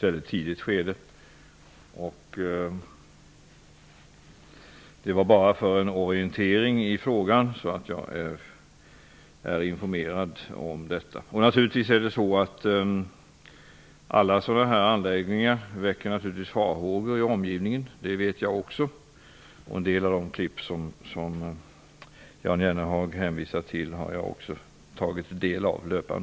Min avsikt var att få en orientering i frågan, så att jag är informerad om detta. Alla sådana här anläggningar väcker naturligtvis farhågor i omgivningen -- det vet också jag -- och jag har under den tid som gått också tagit del av en del av den information som Jan Jennehag hänvisar till.